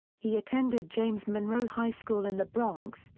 he attended james monroe high school in the bronx,